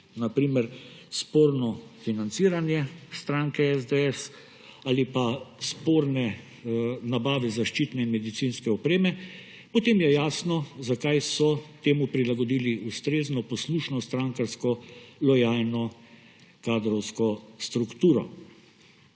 na primer sporno financiranje stranke SDS ali pa sporne nabave zaščitne in medicinske opreme, potem je jasno, zakaj so temu prilagodili ustrezno poslušno in strankarsko lojalno kadrovsko strukturo.